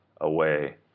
away